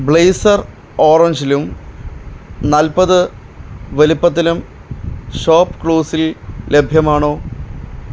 blazer orange ലും നാൽപ്പത് വലുപ്പത്തിലും ഷോപ്പ് ക്ലൂസിൽ ലഭ്യമാണോ